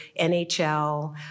NHL